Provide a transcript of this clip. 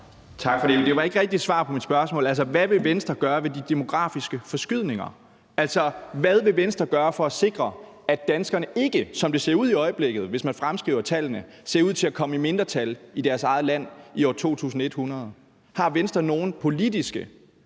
Tak for det. Men det var ikke rigtig et svar på mit spørgsmål. Hvad vil Venstre gøre ved de demografiske forskydninger? Hvad vil Venstre gøre for at sikre, at danskerne ikke, som det ser ud i øjeblikket, hvis man fremskriver tallene, kommer i mindretal i deres eget land i år 2100? Har Venstre nogen politiske